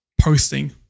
posting